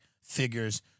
figures